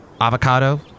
avocado